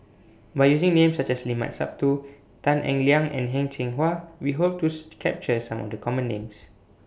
By using Names such as Limat Sabtu Tan Eng Liang and Heng Cheng Hwa We Hope to capture Some of The Common Names